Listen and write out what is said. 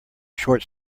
short